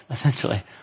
essentially